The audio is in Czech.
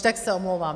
Tak se omlouvám.